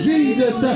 Jesus